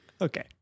Okay